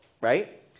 right